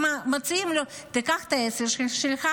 הם מציעים לו: תיקח את העסק שלך,